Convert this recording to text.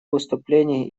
выступление